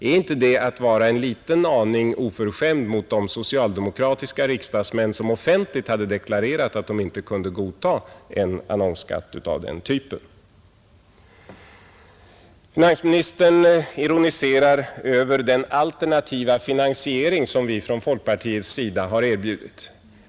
Är inte det att vara en liten aning oförskämd mot de socialdemokratiska riksdagsmän som offentligt hade deklarerat att de inte kunde godta en annonsskatt av den typen? Finansministern ironiserar över den alternativa finansiering som vi från folkpartiets sida har erbjudit.